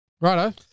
righto